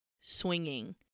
swinging